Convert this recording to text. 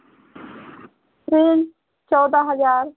freeze चौदह हज़ार